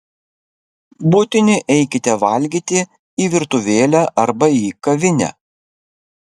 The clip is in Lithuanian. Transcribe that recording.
būtini eikite valgyti į virtuvėlę arba į kavinę